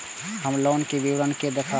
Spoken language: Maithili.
हम लोन के विवरण के देखब?